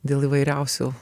dėl įvairiausių